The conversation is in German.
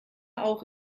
auch